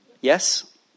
Yes